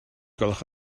gwelwch